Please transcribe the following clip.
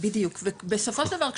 בדיוק ובסופו של דבר,